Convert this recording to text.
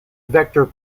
vector